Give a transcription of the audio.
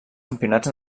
campionats